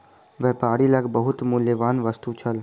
व्यापारी लग बहुत मूल्यवान वस्तु छल